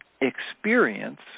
experience